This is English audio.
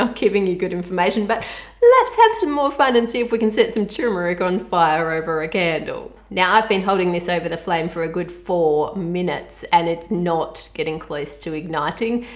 um giving you good information but let's have some more fun and see if we can set some turmeric on fire over a candle. now i've been holding this over the flame for a good four minutes and it's not getting close to igniting.